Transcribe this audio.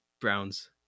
Browns